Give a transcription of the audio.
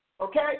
Okay